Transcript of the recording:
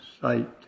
sight